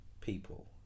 people